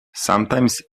sometimes